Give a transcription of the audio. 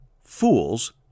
Fools